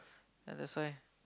ya that's why